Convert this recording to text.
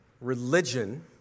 religion